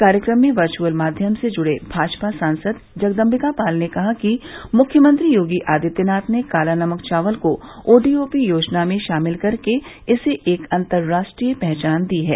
कार्यक्रम में वर्चुअल माध्यम से जुड़े भाजपा सांसद जगदम्बिकापाल ने कहा कि मुख्यमंत्री योगी आदित्यनाथ ने काला नमक चावल को ओडीओपी योजना में शामिल करके इसे एक अन्तर्राष्ट्रीय पहचान दी है